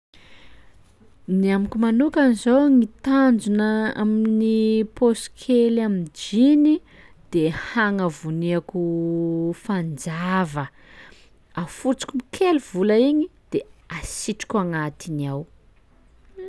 Gny amiko manokany zao gny tanjona amin'ny paosy kely amy jeans i de hagnavoniako fanjava, afotsiko kely vola igny de asitriko agnatiny ao.